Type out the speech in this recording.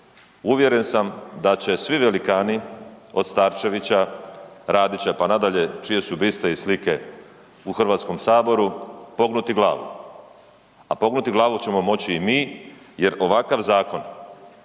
uvjeren sam da će svi velikani, od Starčevića, Radića, pa nadalje, čije su biste i slike u Hrvatskome saboru, pognuti glavu. A pognuti glavu ćemo moći i mi jer ovakav zakon